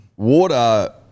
Water